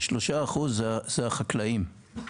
3% זה החקלאים,